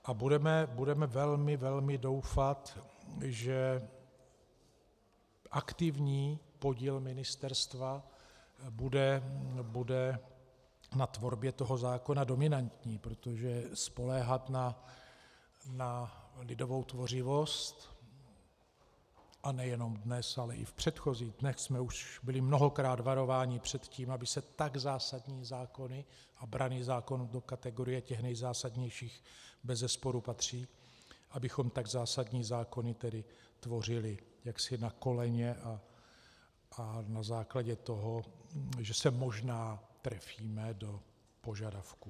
A budeme velmi doufat, že aktivní podíl ministerstva bude na tvorbě toho zákona dominantní, protože spoléhat na lidovou tvořivost a nejenom dnes, ale i v předchozích dnech jsme byli mnohokrát varováni před tím, aby se tak zásadní zákony, a branný zákon do kategorie těch nejzásadnějších bezesporu patří, abychom tak zásadní zákony tvořili jaksi na koleně a na základě toho, že se možná trefíme do požadavku.